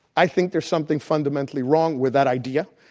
i think there's something fundamentally wrong with that idea,